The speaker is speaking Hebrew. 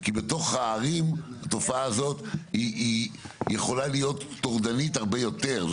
כי בתוך הערים התופעה הזאת יכולה להיות טורדנית הרבה יותר.